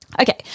Okay